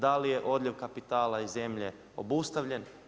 Da li je odljev kapitala iz zemlje obustavljen?